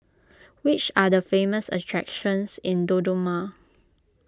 which are the famous attractions in Dodoma